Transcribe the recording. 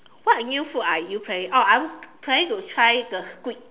what new food are you planning oh I am planning to try the squid